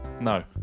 No